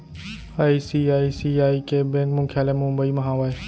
ICICI के bank मुख्यालय मुंबई म हावय